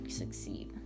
succeed